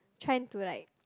trying to like